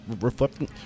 reflecting